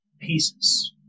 pieces